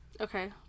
Okay